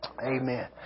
Amen